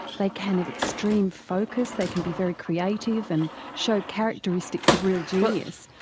they can have extreme focus, they can be very creative, and show characteristics of real genius.